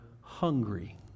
hungry